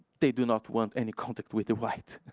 they do not want any contact with the white.